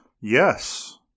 Yes